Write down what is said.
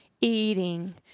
eating